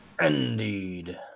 Indeed